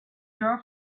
your